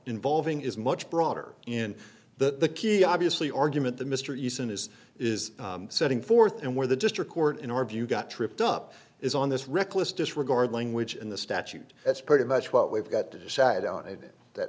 involving is much broader in the key obviously argument that mr eason is is setting forth and where the district court in our view got tripped up is on this reckless disregard language and the statute that's pretty much what we've got to decide on it that